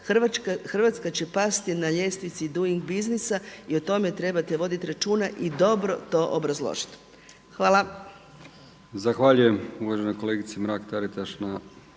Hrvatska će pasti na ljestvici Doing Business i o tome trebate voditi računa i dobro to obrazložiti. Hvala.